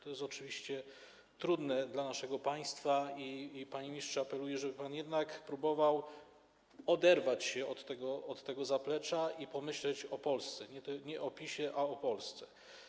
To jest oczywiście trudne dla naszego państwa, dlatego, panie ministrze, apeluję, żeby pan jednak próbował oderwać się od tego zaplecza i pomyślał o Polsce, nie o PiS-ie, ale o Polsce.